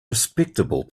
respectable